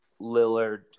Lillard